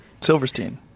Silverstein